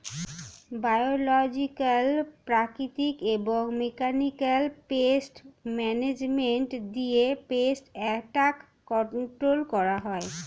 biological, প্রাকৃতিক এবং mechanical pest management দিয়ে পেস্ট অ্যাটাক কন্ট্রোল করা হয়